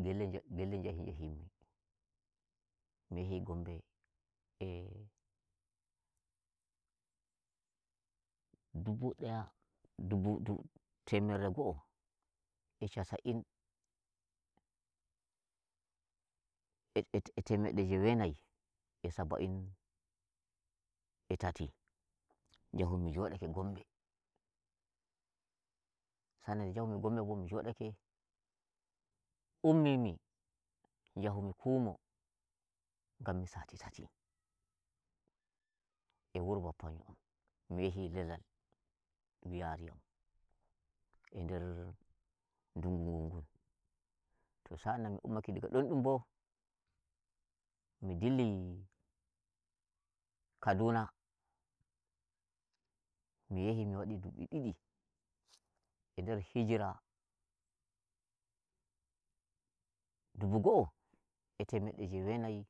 Ngelle ngelle njahi jahimmi, mi yahi Gombe e dubu daya dubu dub temerre go'o e shasa'in e etemeɗɗe jewe nayi e saba'in e tati njahumi jodake Gombe, sa'an nan de njahumi Gombe bo mi jodake ummi mi njahumi Kumo, ngammi sati tati e wuri bappanyo am mi yahi lilal dum yari yam e nder dungu gun. To sa'an nan mi ummake diga don dum bo, mi dilli Kaduna mi yahi mi wadi dubi didi, e nder hijira dubo go'o e temedde jewe nayi